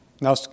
Now